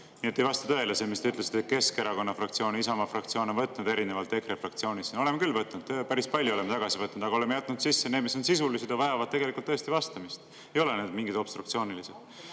Nii et ei vasta tõele see, mis te ütlesite, et Keskerakonna fraktsioon ja Isamaa fraktsioon on neid tagasi võtnud, erinevalt EKRE fraktsioonist. Oleme küll võtnud. Päris palju oleme tagasi võtnud, aga oleme jätnud sisse need, mis on sisulised ja vajavad tegelikult tõesti vastamist. Ei ole need mingid obstruktsioonilised.